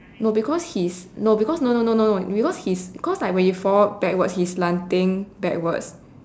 no because he is no because no no no no no because he's cause like when you fall backwards he is slanting backwards